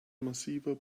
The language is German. massiver